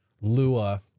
lua